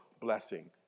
blessing